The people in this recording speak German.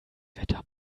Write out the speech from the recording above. wetter